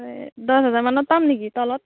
এই দহ হাজাৰ মানত পাম নেকি তলত